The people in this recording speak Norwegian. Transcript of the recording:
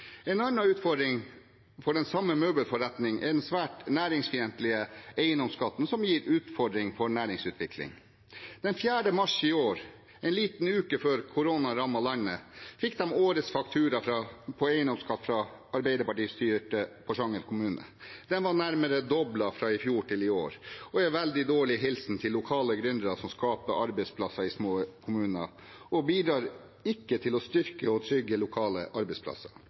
En annen utfordring for den samme møbelforretningen er den svært næringsfiendtlige eiendomsskatten, som gir utfordring for næringsutvikling. Den 4. mars i år, en liten uke før koronaen rammet landet, fikk de årets faktura på eiendomsskatt fra arbeiderpartistyrte Porsanger kommune. Den var nærmere doblet fra i fjor til i år, og er en veldig dårlig hilsen til lokale gründere som skaper arbeidsplasser i små kommuner, og bidrar ikke til å styrke og trygge lokale arbeidsplasser.